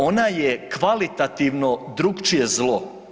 Ona je kvalitativno drukčije zlo.